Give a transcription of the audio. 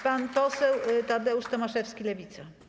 Pan poseł Tadeusz Tomaszewski, Lewica.